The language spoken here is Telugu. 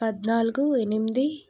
పద్నాలుగు ఎనిమిది